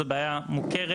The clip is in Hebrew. זאת בעיה מוכרת,